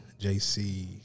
JC